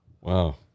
Wow